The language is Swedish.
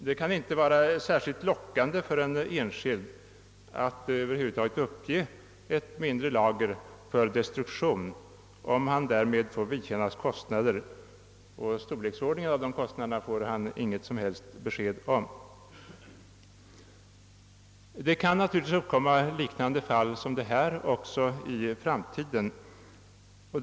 Det kan inte te sig särskilt lockande för en enskild person att över huvud taget uppge ett mindre lager för destruktion, om han därvid får vidkännas kostnader. Storleksordningen för dessa kostnader får han inget som helst besked om. Det kan naturligtvis även i framtiden uppkomma fall liknandet detta.